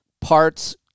Parts